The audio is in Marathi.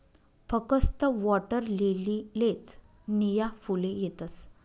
फकस्त वॉटरलीलीलेच नीया फुले येतस